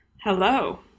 Hello